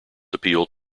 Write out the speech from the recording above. appealed